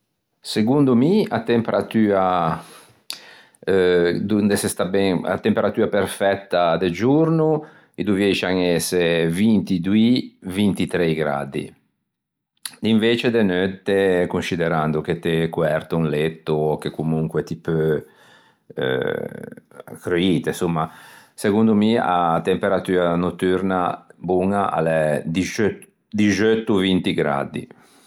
Segondo mi a temperatua donde se sta ben, a temperatua perfetta de giorno i dovieiscian ëse vintidoî vintitrei graddi, d'invece de neutte, consciderando che t'ê coerto in letto e che comunque ti peu creuite insomma, segondo mi a temperatua neuttorna boña a l'é dixeutto vinti graddi